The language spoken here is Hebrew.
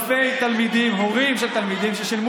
עכשיו אני רוצה